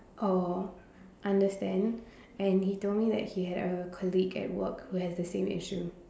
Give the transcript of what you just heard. or understand and he told me that he had a colleague at work who has the same issue